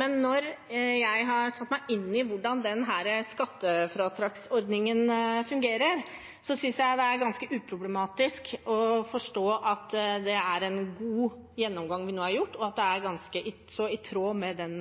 Men når jeg har satt meg inn i hvordan denne skattefradragsordningen fungerer, synes jeg det er ganske uproblematisk å forstå at det er en god gjennomgang vi nå har gjort, og at det er ganske så i tråd med den